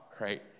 right